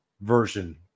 version